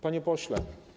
Panie Pośle!